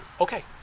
okay